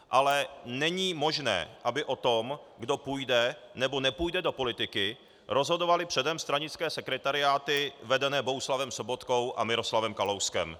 Ale není možné, aby o tom, kdo půjde nebo nepůjde do politiky, rozhodovaly předem stranické sekretariáty vedené Bohuslavem Sobotkou a Miroslavem Kalouskem.